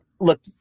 Look